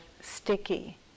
sticky